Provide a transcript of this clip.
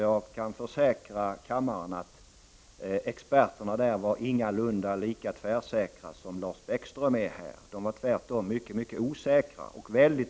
Jag kan försäkra kammaren att experterna där ingalunda var lika tvärsäkra som Lars Bäckström är, utan de var tvärtom mycket osäkra.